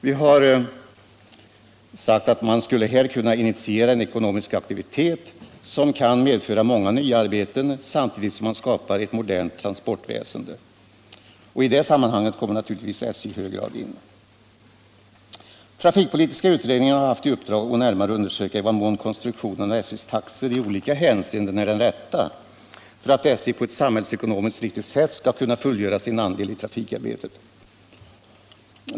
Vi har sagt att man här skulle kunna initiera en ekonomisk aktivitet som kan medföra många nya arbeten samtidigt som man skapar ett modernt transportväsende. I det sammanhanget kommer naturligtvis SJ i hög grad in. Trafikpolitiska utredningen har haft i uppdrag att närmare undersöka i vad mån konstruktionen av SJ:s taxor i olika hänseenden är den rätta för att SJ på ett samhällsekonomiskt riktigt sätt skall kunna fullgöra sin andel i trafikarbetet.